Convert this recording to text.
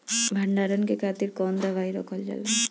भंडारन के खातीर कौन दवाई रखल जाला?